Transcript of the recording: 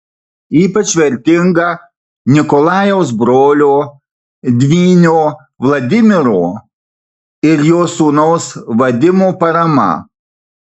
ypač vertinga nikolajaus brolio dvynio vladimiro ir jo sūnaus vadimo parama